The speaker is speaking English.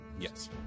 Yes